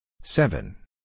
seven